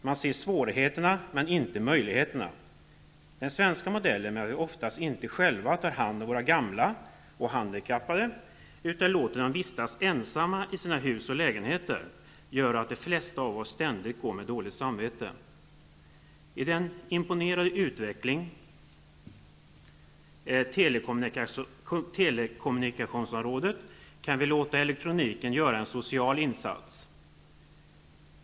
Man ser svårigheterna men inte möjligheterna. Den svenska modellen, nämligen att vi oftast inte själva tar hand om våra gamla och handikappade utan låter dem vistas ensamma i sina hus och lägenheter, gör att de flesta av oss ständigt går omkring med dåligt samvete. I fråga om den imponerande utvecklingen inom telekommunikationsområdet kan vi låta elektroniken göra en social insats.